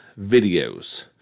videos